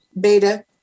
Beta